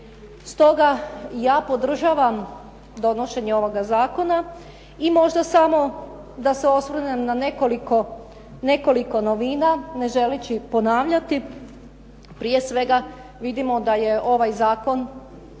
Stoga ja podržavam donošenje ovoga zakona i možda samo da se osvrnem na nekoliko novina, ne želeći ponavljati. Prije svega vidimo da je ovaj zakon